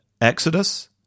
Exodus